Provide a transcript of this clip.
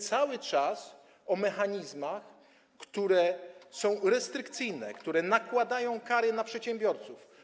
Cały czas mówimy o mechanizmach, które są restrykcyjne, które nakładają kary na przedsiębiorców.